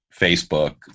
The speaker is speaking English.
Facebook